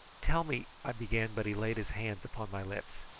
tell me, i began but he laid his hand upon my lips.